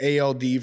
ALD